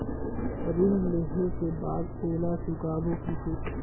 ऋण लेहें के बाद ओला चुकाबो किसे?